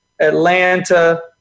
Atlanta